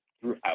throughout